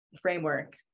framework